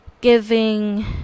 giving